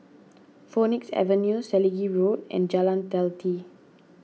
Phoenix Avenue Selegie Road and Jalan Teliti